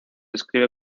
escribe